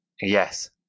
Yes